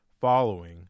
following